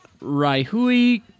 Raihui